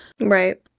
right